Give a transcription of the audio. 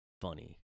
funny